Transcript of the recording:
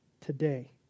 today